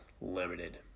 limited